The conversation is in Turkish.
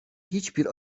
hiçbir